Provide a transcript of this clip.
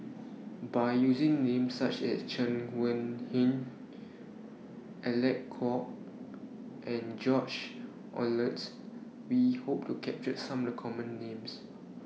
By using Names such as Chen Wen Alec Kuok and George Oehlers We Hope to capture Some of The Common Names